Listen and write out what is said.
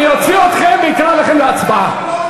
אני אוציא אתכם ואקרא לכם להצבעה.